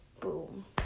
boom